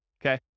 okay